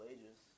Ages